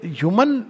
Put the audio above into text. human